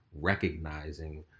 recognizing